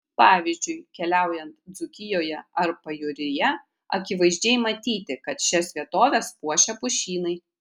pavyzdžiui keliaujant dzūkijoje ar pajūryje akivaizdžiai matyti kad šias vietoves puošia pušynai